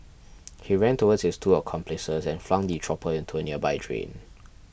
he ran towards his two accomplices and flung the chopper into a nearby drain